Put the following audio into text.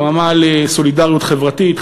חממה לסולידריות חברתית,